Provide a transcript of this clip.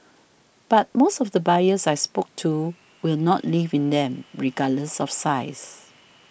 but most of the buyers I spoke to will not live in them regardless of size